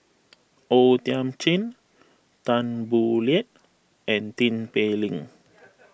O Thiam Chin Tan Boo Liat and Tin Pei Ling